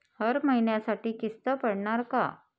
हर महिन्यासाठी किस्त पडनार का?